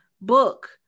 book